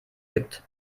gibt